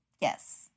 Yes